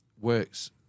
works